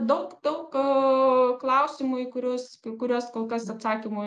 daug daug a klausimų į kuriuos į kuriuos kol kas atsakymo